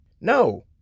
No